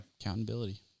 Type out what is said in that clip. Accountability